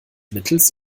mittels